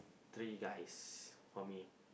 three guys for me